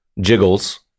jiggles